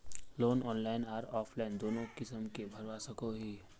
Loan online आर offline दोनों किसम के भरवा सकोहो ही?